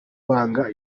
banga